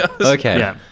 Okay